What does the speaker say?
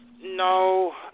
No